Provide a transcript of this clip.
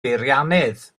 beiriannydd